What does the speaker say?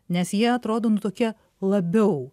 nes jie atrodo nu tokie labiau